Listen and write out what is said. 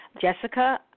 Jessica